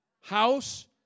house